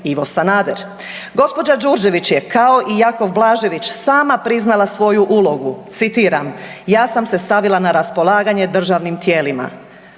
Ivo Sanader. Gđa. Đurđević je, kao i Jakov Blažević, sama priznala svoju ulogu. Citiram, ja sam se stavila na raspolaganje državnim tijelima.